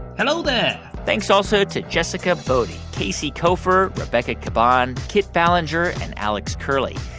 hello there thanks also to jessica boddy, casey koeffer, rebecca caban, kit ballenger and alex curley.